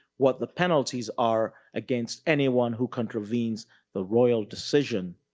what the penalties are against anyone who contravenes the royal decision.